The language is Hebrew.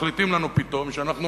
מחליטים לנו פתאום שאנחנו